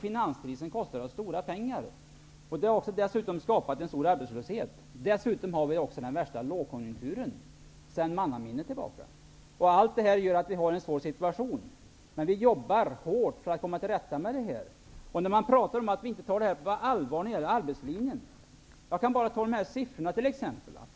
Finanskrisen kostar oss stora pengar. Den har dessutom skapat en stor arbetslöshet. Vi har också den värsta lågkonjunkturen i mannaminne. Allt detta gör att vi har en svår situation, men vi jobbar hårt för att komma till rätta med det här. Det pratas om att vi inte tar arbetslinjen på allvar. Jag kan bara nämna några exempel.